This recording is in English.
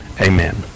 amen